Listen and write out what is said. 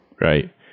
right